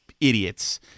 idiots